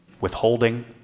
Withholding